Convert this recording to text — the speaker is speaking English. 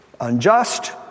unjust